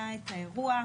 היה את האירוע,